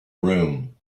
room